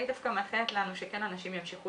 אני דווקא מאחלת לנו שאנשים כן ימשיכו